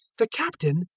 the captain,